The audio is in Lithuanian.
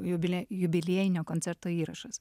jubilė jubiliejinio koncerto įrašas